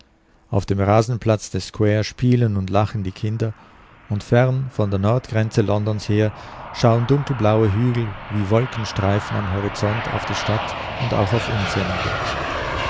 auf dem rasenplatz des square spielen und lachen die kinder und fern von der nordgrenze londons her schauen dunkelblaue hügel wie wolkenstreifen am horizont auf die stadt und auch auf uns hernieder